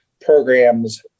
programs